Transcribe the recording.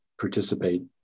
participate